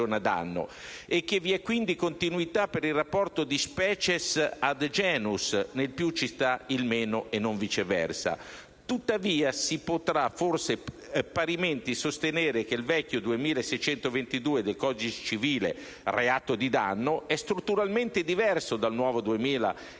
e che vi è quindi continuità per il rapporto di *species ad genus* (nel più ci sta il meno e non viceversa). Tuttavia, si potrà forse parimenti sostenere che il vecchio articolo 2622 del codice civile (reato di danno) è strutturalmente diverso dal nuovo